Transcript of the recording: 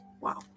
Wow